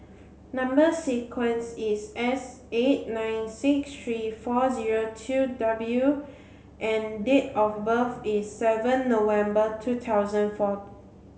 number sequence is S eight nine six three four zero two W and date of birth is seven November two thousand four